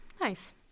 Nice